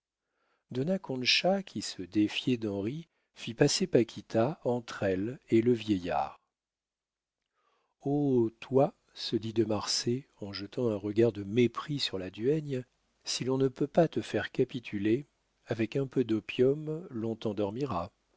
dona concha qui se défiait d'henri fit passer paquita entre elle et le vieillard oh toi se dit de marsay en jetant un regard de mépris sur la duègne si l'on ne peut pas te faire capituler avec un peu d'opium l'on t'endormira